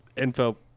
info